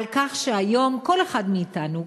על כך שהיום כל אחד מאתנו,